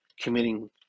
committing